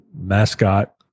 mascot